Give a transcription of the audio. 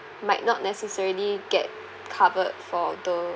might not necessarily get covered for though